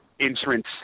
entrance